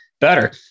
better